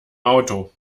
auto